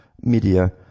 media